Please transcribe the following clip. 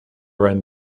ran